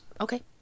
okay